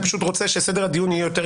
אני פשוט רוצה שסדר הדיון יהיה יותר